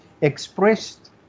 expressed